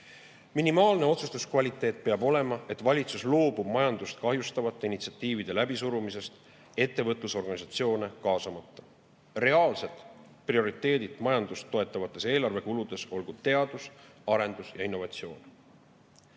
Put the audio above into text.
minimaalne otsustuskvaliteet, mille korral valitsus loobub majandust kahjustavate initsiatiivide läbisurumisest ettevõtlusorganisatsioone kaasamata. Reaalsed prioriteedid majandust toetavates eelarvekuludes olgu teadus-arendus[tegevus] ja innovatsioon.